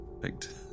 Perfect